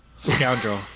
scoundrel